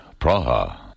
Praha